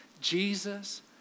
Jesus